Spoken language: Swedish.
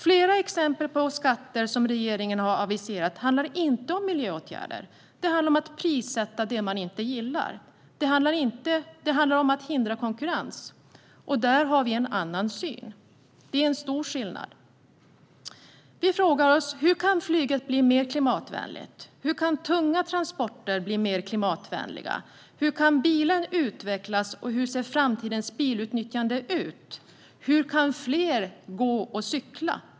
Flera skatter som regeringen har aviserat handlar inte om miljöåtgärder utan om att prissätta det man inte gillar. Det handlar om att hindra konkurrens, och där har vi en annan syn. Det är en stor skillnad. Vi frågar oss: Hur kan flyget bli mer klimatvänligt? Hur kan tunga transporter bli mer klimatvänliga? Hur kan bilen utvecklas, och hur ser framtidens bilutnyttjande ut? Hur kan fler gå och cykla?